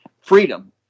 freedom